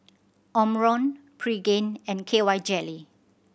Omron Pregain and K Y Jelly